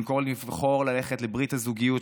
במקום לבחור ללכת לברית הזוגיות,